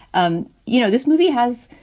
um you know, this movie has,